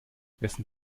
wessen